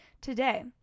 today